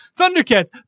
Thundercats